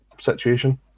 situation